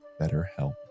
BetterHelp